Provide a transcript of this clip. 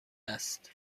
است